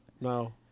No